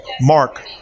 Mark